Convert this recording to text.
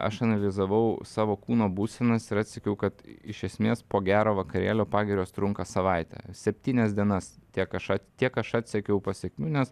aš analizavau savo kūno būsenas ir atsekiau kad iš esmės po gero vakarėlio pagirios trunka savaitę septynias dienas tiek aš tiek aš atsekiau pasekmių nes